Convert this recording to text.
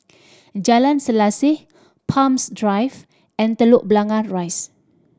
Jalan Selaseh Palms Drive and Telok Blangah Rise